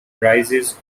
rises